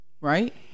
right